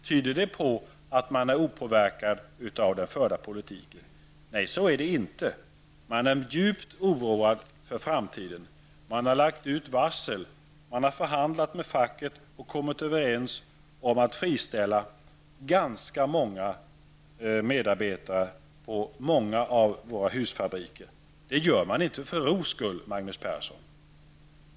Tyder det på att man är opåverkad av den förda politiken? Nej, så är det inte. Man är djupt oroad för framtiden. Man har lagt ut varsel. Man har förhandlat med facket och kommit överens om att friställa ganska många medarbetare på många av våra husfabriker. Det gör man inte för ros skull, Magnus Persson.